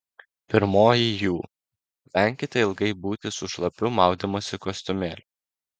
pirmoji jų venkite ilgai būti su šlapiu maudymosi kostiumėliu